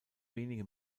wenige